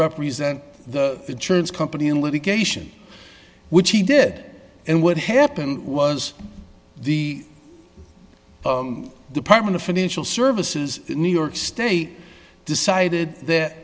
represent the church company in litigation which he did and what happened was the department of financial services in new york state decided that